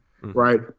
right